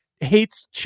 hates